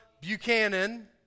Buchanan